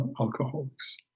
alcoholics